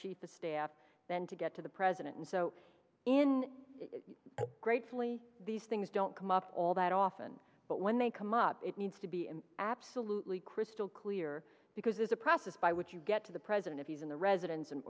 cheapest staff then to get to the president and so in gratefully these things don't come up all that often but when they come up it needs to be absolutely crystal clear because there's a process by which you get to the president if he's in the residence and